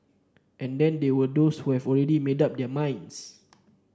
and then there were those who have already made up their minds